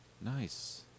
Nice